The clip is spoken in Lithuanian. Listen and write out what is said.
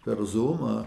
per zumą